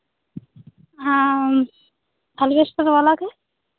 ᱟᱢ ᱚᱨᱜᱮᱥᱴᱟᱨ ᱵᱟᱞᱟ ᱜᱮ